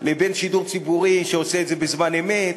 לבין שידור ציבורי שעושה את זה בזמן אמת.